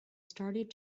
started